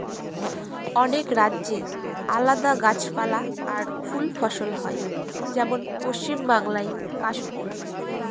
অনেক রাজ্যে আলাদা গাছপালা আর ফুল ফসল হয় যেমন পশ্চিম বাংলায় কাশ ফুল